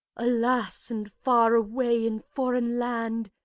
alas! and far away, in foreign land,